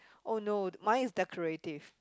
oh no mine is decorative